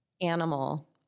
animal